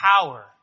power